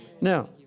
Now